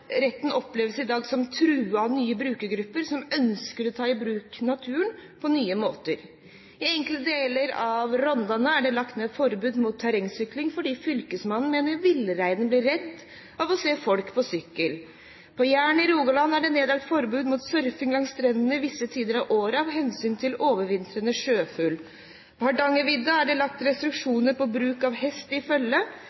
retten oppleves i dag som truet av nye brukergrupper som ønsker å ta i bruk naturen på nye måter. I enkelte deler av Rondane er det lagt ned forbud mot terrengsykling fordi fylkesmannen mener villreinen blir redd av å se folk på sykkel. På Jæren i Rogaland er det nedlagt forbud mot surfing langs strendene visse tider av året av hensyn til overvintrende sjøfugl. På Hardangervidda er det lagt